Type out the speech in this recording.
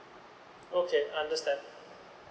okay understand